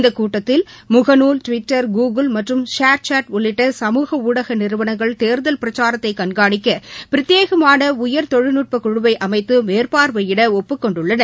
இந்தக் கூட்டத்தில் முகநூல் டிவிட்டர் கூகுள் மற்றும் ஷேர்சாட் உள்ளிட்ட சமூக ஊடக நிறுவனங்கள் தேர்தல் பிரச்சாரத்தை கண்காணிக்க பிரத்யேகமான உயர் தொழில்நுட்பக்குழவை அமைத்து மேற்பாா்வையிட ஒப்புக்கொண்டுள்ளன